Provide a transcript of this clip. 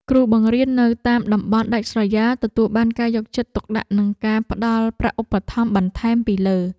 គ្រូបង្រៀននៅតាមតំបន់ដាច់ស្រយាលទទួលបានការយកចិត្តទុកដាក់និងការផ្តល់ប្រាក់ឧបត្ថម្ភបន្ថែមពីលើ។